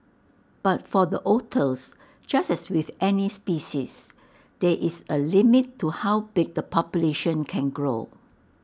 but for the otters just as with any species there is A limit to how big the population can grow